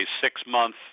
six-month –